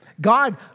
God